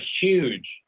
huge